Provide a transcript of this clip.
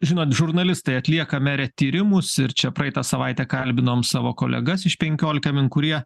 žinot žurnalistai atliekame tyrimus ir čia praeitą savaitę kalbinom savo kolegas iš penkiolika min kurie